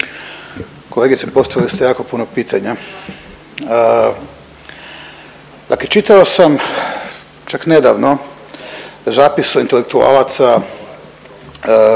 Kolegice postavili ste jako puno pitanja. Dakle, čitao sam čak nedavno zapise intelektualaca,